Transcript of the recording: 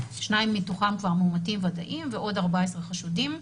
שניים מתוכם כבר מאומתים ודאיים ועוד 14 חשודים.